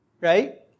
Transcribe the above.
Right